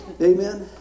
amen